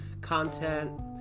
content